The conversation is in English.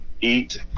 eat